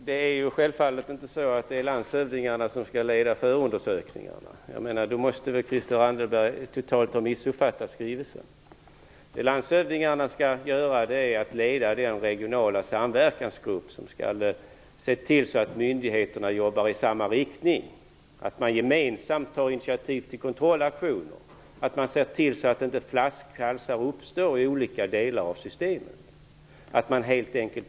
Fru talman! Självfallet är det inte landshövdingarna som skall leda förundersökningarna. Christel Anderberg måste ha missuppfattat skrivelsen totalt. Landshövdingarna skall leda den regionala samverkansgrupp som skall se till så att myndigheterna jobbar i samma riktning ute i länen - att de gemensamt tar initiativ till kontrollaktioner och ser till så att flaskhalsar inte uppstår i olika delar av systemet.